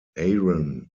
aaron